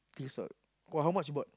Tissot !wah! how much you bought